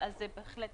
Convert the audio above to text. זה בהחלט